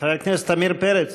חבר הכנסת עמיר פרץ.